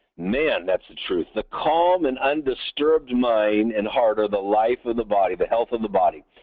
man, that's the truth. the calm and undisturbed mind and heart are the life of the body, the health of the body.